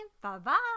Bye-bye